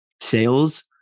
sales